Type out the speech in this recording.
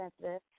sensitive